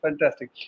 fantastic